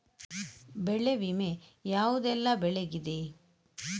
ಬೆಳೆ ವಿಮೆ ಯಾವುದೆಲ್ಲ ಬೆಳೆಗಿದೆ?